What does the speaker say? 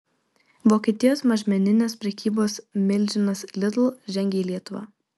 vokietijos mažmeninės prekybos milžinas lidl žengia į lietuvą